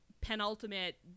Penultimate